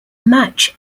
match